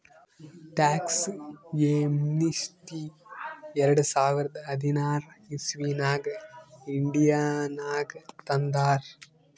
tax amnesty ಎರಡ ಸಾವಿರದ ಹದಿನಾರ್ ಇಸವಿನಾಗ್ ಇಂಡಿಯಾನಾಗ್ ತಂದಾರ್